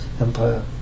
Empire